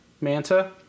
Manta